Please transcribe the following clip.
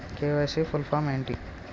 KYC full form ఏంటి?